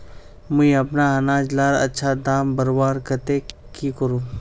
मुई अपना अनाज लार अच्छा दाम बढ़वार केते की करूम?